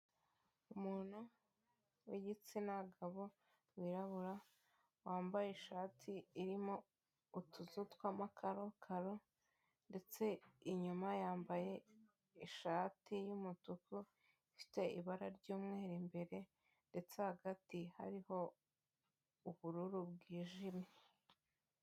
Umuntu w'igitsina gabo wirabura, wambaye ishati irimo utuzu tw'amakakaro ndetse inyuma yambaye ishati y'umutuku ifite ibara ry'umweru imbere ndetse hagati hariho ubururu bwijimye.